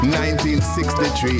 1963